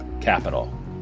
capital